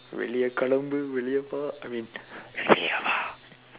வெளியே களம்பு வெளியே வா:veliyee kalampu veliyee vaa I mean வெளியே வா:veliyee vaa